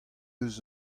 eus